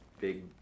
big